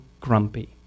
grumpy